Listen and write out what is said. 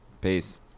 Peace